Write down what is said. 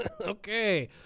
Okay